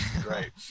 great